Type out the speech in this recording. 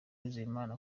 uwizeyimana